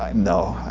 um no.